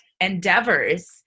endeavors